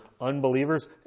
unbelievers